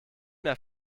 mehr